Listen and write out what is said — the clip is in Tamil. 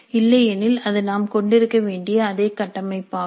இல்லையெனில் அது நாம் கொண்டிருக்க வேண்டிய அதே கட்டமைப்பாகும்